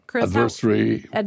Adversary